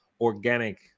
organic